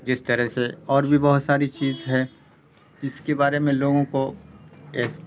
جس طرح سے اور بھی بہت ساری چیز ہے اس کے بارے میں لوگوں کو اس